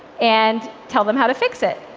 and tell them how to fix it.